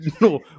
No